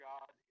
God